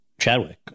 Chadwick